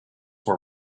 were